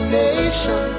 nation